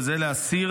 וזה להסיר